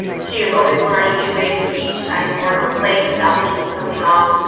she is always learning new ways to teach, adding more to her plate without taking something off.